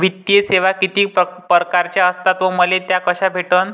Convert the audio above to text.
वित्तीय सेवा कितीक परकारच्या असतात व मले त्या कशा भेटन?